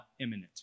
imminent